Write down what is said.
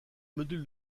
modules